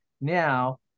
Now